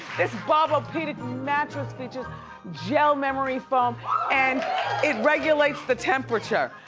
this bob-o-pedic mattress features gel memory foam and it regulates the temperature.